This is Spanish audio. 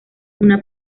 una